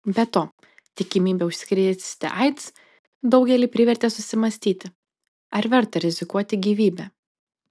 be to tikimybė užsikrėsti aids daugelį privertė susimąstyti ar verta rizikuoti gyvybe